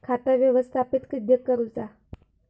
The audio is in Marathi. खाता व्यवस्थापित किद्यक करुचा?